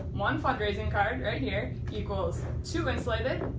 one fundraising card, right here, equals two insulated,